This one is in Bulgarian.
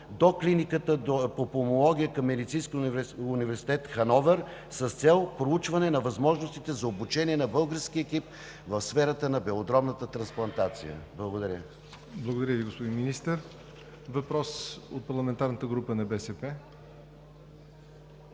до Клиниката по пулмология към Медицинския университет в Хановер с цел проучване на възможностите за обучение на български екип в сферата на белодробната трансплантация. Благодаря Ви. ПРЕДСЕДАТЕЛ ЯВОР НОТЕВ: Благодаря Ви, господин Министър. Въпрос от парламентарната група на „БСП